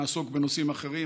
נעסוק בנושאים אחרים.